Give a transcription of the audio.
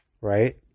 right